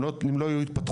אם לא היו יהיו התפתחויות,